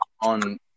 on –